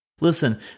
Listen